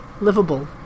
livable